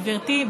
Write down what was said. גברתי,